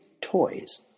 toys